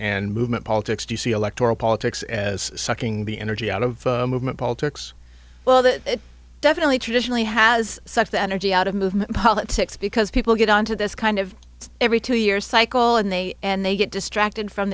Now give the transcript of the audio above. and movement politics you see electoral politics as sucking the energy out of movement politics well that definitely traditionally has sucked the energy out of movement politics because people get onto this kind of every two year cycle and they and they get distracted from